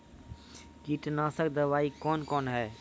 कीटनासक दवाई कौन कौन हैं?